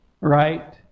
right